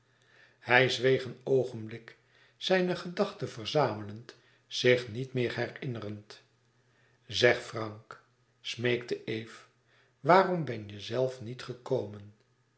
hij zweeg een oogenblik zijne gedachte verzamelend zich niet meer herinnerend zeg frank smeekte eve waarom ben je zelf niet gekomen